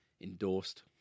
endorsed